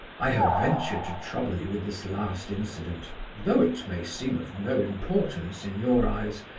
i have ventured to trouble you with this last incident, though it may seem of no importance in your eyes,